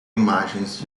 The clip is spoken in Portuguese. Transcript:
imagens